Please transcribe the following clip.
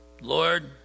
Lord